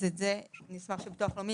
אז את זה נשמח שביטוח לאומי,